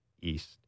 East